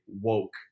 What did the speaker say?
woke